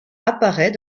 apparaît